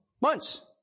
Months